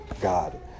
God